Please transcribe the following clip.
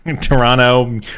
Toronto